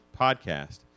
podcast